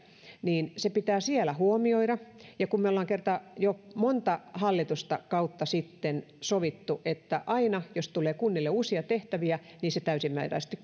se pitää siellä huomioida kun me olemme kerta jo monta hallituskautta sitten sopineet että aina jos tulee kunnille uusia tehtäviä se täysimääräisesti